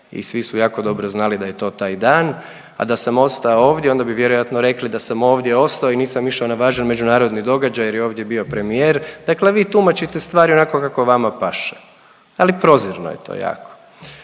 i svi su jako dobro znali da je to taj dan. A da sam ostao ovdje onda bi vjerojatno rekli da sam ovdje ostao i nisam išao na važan međunarodni događaj jer je ovdje bio premijer. Dakle, vi tumačite stvari onako kako vama paše, ali prozirno je to jako.